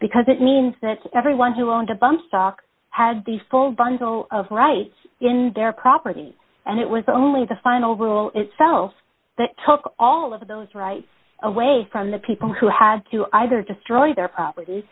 because it means that everyone who owns a bum stock has the full bundle of rights in their property and it was only the final rule itself that took all of those rights away from the people who had to either destroy their property